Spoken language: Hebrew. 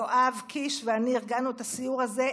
יואב קיש ואני ארגנו את הסיור הזה,